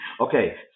Okay